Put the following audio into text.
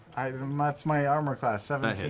sam that's my armor class, seventeen.